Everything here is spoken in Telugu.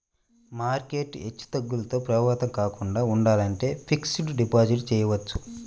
మార్కెట్ హెచ్చుతగ్గులతో ప్రభావితం కాకుండా ఉండాలంటే ఫిక్స్డ్ డిపాజిట్ చెయ్యొచ్చు